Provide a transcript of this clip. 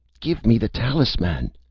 give me the talisman!